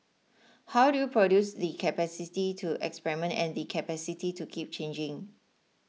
how do you produce the capacity to experiment and the capacity to keep changing